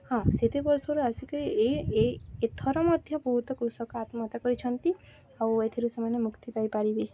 ହଁ ସେତେ ବର୍ଷରୁ ଆସିକିରି ଏଇ ଏଇ ଏଥର ମଧ୍ୟ ବହୁତ କୃଷକ ଆତ୍ମହତ୍ୟା କରିଛନ୍ତି ଆଉ ଏଥିରୁ ସେମାନେ ମୁକ୍ତି ପାଇପାରିବେ